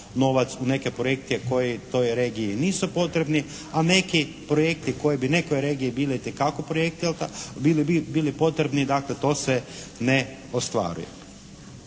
u neke projekte koji toj regiji i nisu potrebni, a neki projekti koji bi nekoj regiji bili itekako projekti …/Govornik se ne razumije./… bili potrebni dakle to se ne ostvaruje.